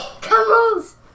Camels